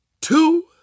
two